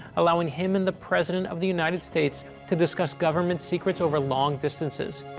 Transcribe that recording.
allowing him and the president of the united states to discuss government secrets over long distances.